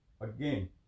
again